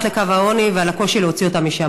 לקו העוני ועל הקושי להוציא אותן משם,